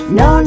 no